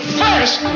first